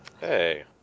Hey